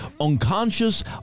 unconscious